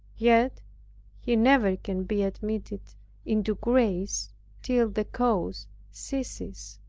yet he never can be admitted into grace till the cause ceases,